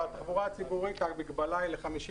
בתחבורה הציבורית המגבלה היא ל-50